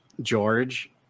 george